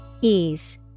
Ease